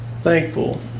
thankful